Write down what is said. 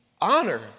honor